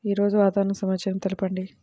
ఈరోజు వాతావరణ సమాచారం తెలుపండి